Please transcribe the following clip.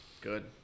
Good